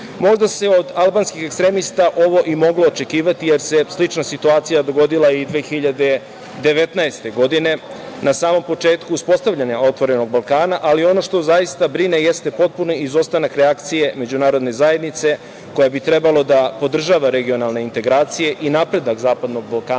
se od albanskih ekstremista ovo i moglo očekivati, ali se slična situacija dogodila i 2019. godine na samom početku uspostavljanja „otvorenog Balkana“, ali ono što zaista brine jeste potpuni izostanak reakcije međunarodne zajednice koja bi trebalo da održava regionalne integracije i napredak Zapadnog Balkana